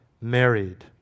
married